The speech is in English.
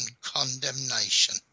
condemnation